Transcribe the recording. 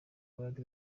bari